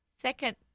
second